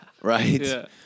right